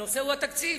הנושא הוא התקציב,